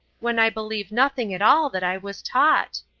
when i believe nothing at all that i was taught.